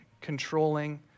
controlling